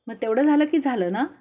मग तेवढं झालं की झालं ना